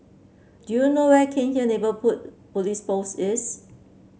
do you know where Cairnhill Neighbourhood Police Post is